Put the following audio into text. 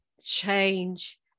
change